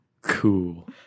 cool